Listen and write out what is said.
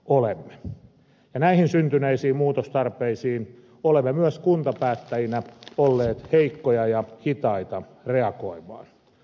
näihin syntyneisiin muutostarpeisiin olemme myös kuntapäättäjinä olleet heikkoja ja hitaita reagoimaan